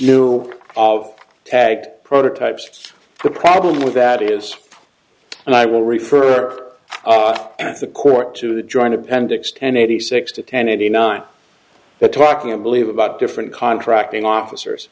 knew of tagged prototypes the problem with that is and i will refer to the court to the joint appendix ten eighty six to ten eighty nine they're talking a believe about different contracting officers